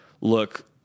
look